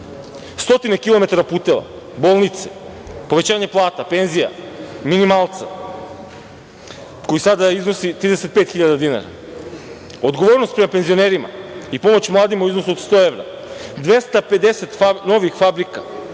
kilometara puteva, bolnice, povećanje plata, penzija, minimalca koji sada iznosi 35.000 dinara, odgovornost prema penzionerima i pomoć mladima u iznosu od 100 evra, 250 novih fabrika,